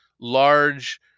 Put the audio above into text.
large